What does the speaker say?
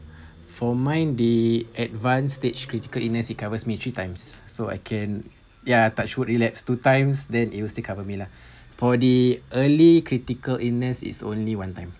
for mine the advanced stage critical illness it covers me three times so I can ya tak cukup relax two times then it will still cover me lah for the early critical illness is only one time